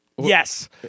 Yes